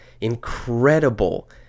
incredible